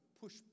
push